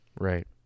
Right